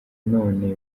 none